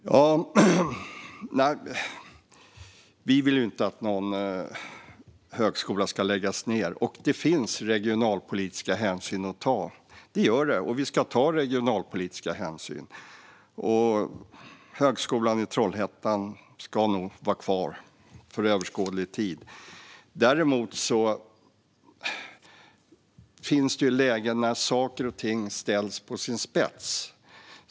Fru talman! Vi vill inte att någon högskola ska läggas ned. Det finns regionalpolitiska hänsyn att ta, och vi ska ta regionalpolitiska hänsyn. Högskolan i Trollhättan ska nog vara kvar under överskådlig tid. Däremot finns det lägen när saker och ting ställs på sin spets.